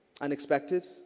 Unexpected